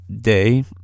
day